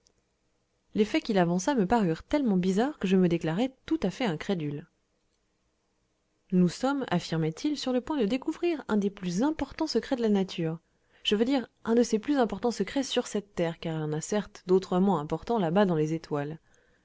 les faits qu'il avança me parurent tellement bizarres que je me déclarai tout à fait incrédule nous sommes affirmait il sur le point de découvrir un des plus importants secrets de la nature je veux dire un de ses plus importants secrets sur cette terre car elle en a certes d'autrement importants là-bas dans les étoiles